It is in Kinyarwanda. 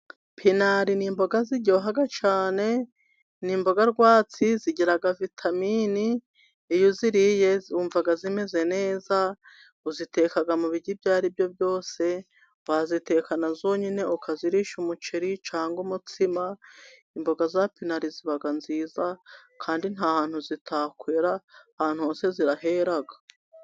Pinari ni imboga ziryoha cyane, ni iboga rwatsi zigira vitamini, iyo uziriye wumva zimeze neza, uziteka mu biryo ibyo aribyo byose, wazitekana zonyine ukazirisha umuceri cyangwa umutsima, imboga zapinari ziba nziza kandi nta hantu zitakwera, ahantu hose zirahera.